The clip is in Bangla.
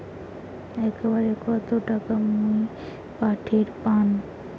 একবারে কত টাকা মুই পাঠের পাম?